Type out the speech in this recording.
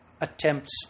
attempts